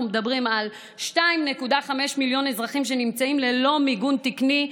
מדברים על 2.5 מיליון אזרחים שנמצאים ללא מיגון תקני?